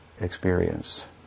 experience